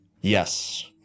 Yes